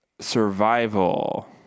Survival